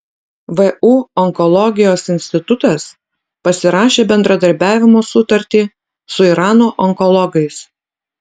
vu onkologijos institutas pasirašė bendradarbiavimo sutartį su irano onkologais